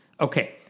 Okay